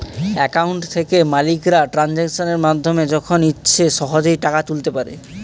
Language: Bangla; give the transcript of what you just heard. অ্যাকাউন্ট থেকে মালিকরা ট্রানজাকশনের মাধ্যমে যখন ইচ্ছে সহজেই টাকা তুলতে পারে